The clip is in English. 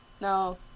no